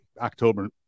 October